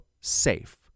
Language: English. SAFE